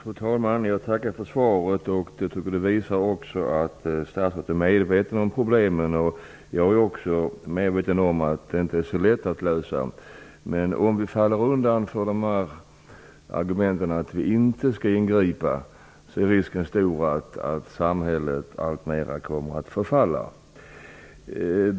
Fru talman! Jag tackar för svaret som jag tycker visar att statsrådet är medveten om problemen. Jag är också medveten om att det inte är så lätt att lösa dem. Men om vi faller undan för argumenten att vi inte skall ingripa är risken stor att samhället alltmer förfaller.